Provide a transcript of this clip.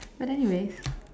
but anyways